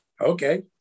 Okay